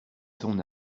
son